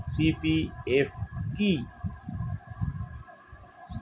PPF কি?